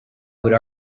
would